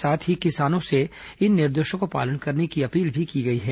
साथ ही किसानों से इन निर्देशों का पालन करने की अपील की गई है